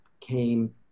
came